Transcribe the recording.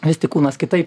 vis tik kūnas kitaip